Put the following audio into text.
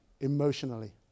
emotionally